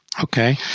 Okay